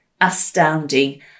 Astounding